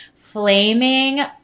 flaming